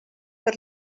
per